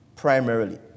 Primarily